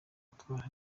atwara